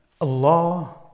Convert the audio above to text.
Allah